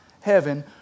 heaven